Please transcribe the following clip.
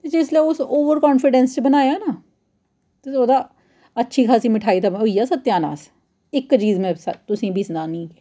जिसलै उस overconfidence च बनाया ना ते ओह्दा अच्छी खासी मिठाई दा होई गेआ सत्या नास इक चीज में तुसें ई बी सनान्नी